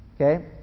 Okay